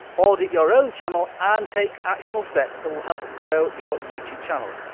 order your own channel and take actual steps that will help grow your youtube channel.